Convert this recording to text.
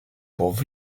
pour